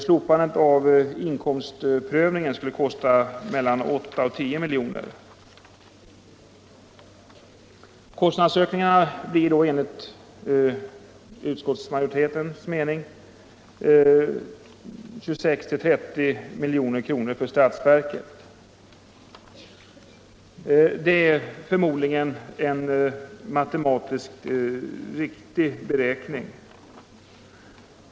Slopandet av inkomstprövningen skulle kosta mellan 8 och 10 miljoner. Kostnadsökningen skulle då — enligt utskottsmajoritetens mening — bli 26-30 milj.kr. för statsverket. Det är förmodligen en matematiskt riktig beräkning.